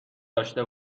داشه